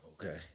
Okay